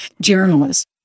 journalists